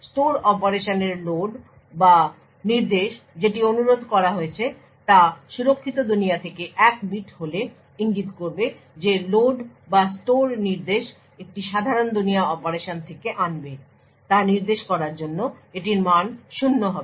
store অপারেশনের load বা নির্দেশ যেটি অনুরোধ করা হয়েছে তা সুরক্ষিত দুনিয়া থেকে 1 বিট হলে ইঙ্গিত করবে যে লোড বা স্টোর নির্দেশ একটি সাধারণ দুনিয়া অপারেশন থেকে আনবে তা নির্দেশ করার জন্য এটির মান শূন্য হবে